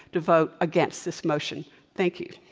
to vote against this motion thank you.